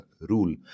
rule